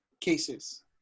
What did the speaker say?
cases